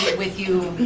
with you,